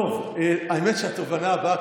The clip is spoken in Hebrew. האמת שהתובנה הבאה,